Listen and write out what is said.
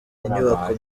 inyubako